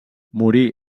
morí